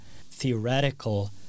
theoretical